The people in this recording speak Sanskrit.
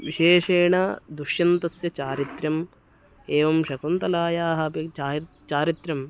विशेषेण दुष्यन्तस्य चारित्र्यम् एवं शकुन्तलायाः अपि च चारित्र्यं